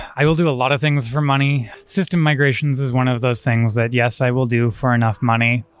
i will do a lot of things for money. system migrations is one of those things that, yes, i will do for enough money,